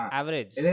average